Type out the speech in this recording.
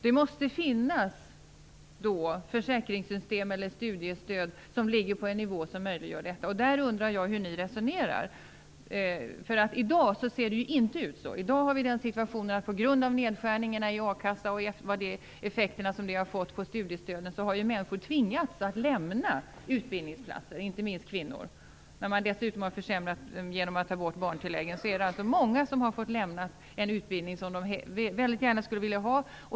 Det måste finnas försäkringssystem eller studiestöd som ligger på en nivå som möjliggör detta. Där undrar jag hur ni resonerar. I dag ser det inte ut så. I dag har vi den situationen att på grund av nedskärningarna i a-kassa och de effekter detta har fått på studiestöden har människor, inte minst kvinnor, tvingats lämna utbildningsplatser. När man dessutom har genomfört försämringen att ta bort barntilläggen är det många som har fått lämna en utbildning som de väldigt gärna skulle vilja ha.